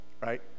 right